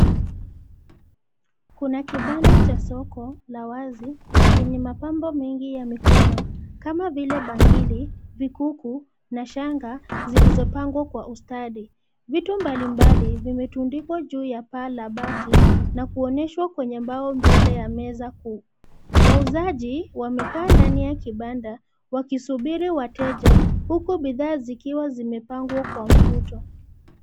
Kuna kibanda cha soko la wazi chenye mapambo mengi ya mikono kama vile bangili, vikuku na shanga zilizopangwa kwa ustadi. Vitu mbalimbali vimetundikwa juu ya paa la bati na kuonyeshwa kwenye mbao mbele ya meza kuu. Wauzaji, wamekaa ndani ya kibanda wakisubiri wateja huku bidhaa zikiwa zimepangwa kwa mvuto.